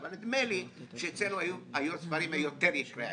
אבל נדמה לי שאצלנו היו הספרים יותר יקרי ערך,